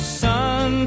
sun